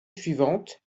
suivante